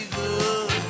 good